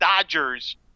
Dodgers